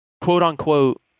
quote-unquote